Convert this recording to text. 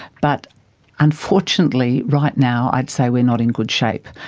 but unfortunately right now i'd say we're not in good shape.